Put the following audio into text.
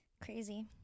Crazy